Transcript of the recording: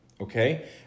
okay